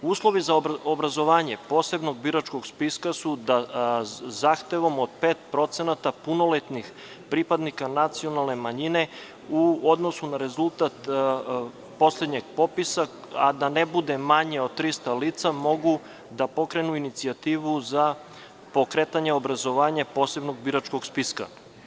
Uslovi za obrazovanje posebnog biračkog spiska su da zahtevom od 5% punoletnih pripadnika nacionalne manjine u odnosu na rezultat poslednjeg popisa, a da ne bude manje od 300 lica, mogu da pokrenu inicijativu za pokretanje obrazovanja posebnog biračkog spiska.